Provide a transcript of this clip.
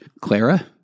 Clara